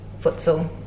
futsal